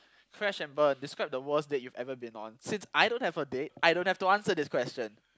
crash and burn describe the worst date you've ever been on since I don't have a date I don't have to answer this question